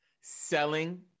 selling